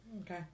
Okay